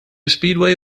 speedway